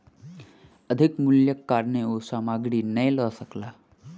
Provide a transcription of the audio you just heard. अधिक मूल्यक कारणेँ ओ सामग्री नै लअ सकला